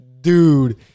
dude